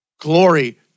Glory